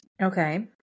Okay